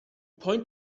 point